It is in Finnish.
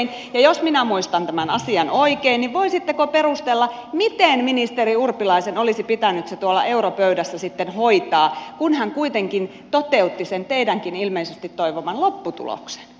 ja jos minä muistan tämän asian oikein niin voisitteko perustella miten ministeri urpilaisen olisi pitänyt se tuolla europöydässä sitten hoitaa kun hän kuitenkin toteutti sen teidänkin ilmeisesti toivoman lopputuloksen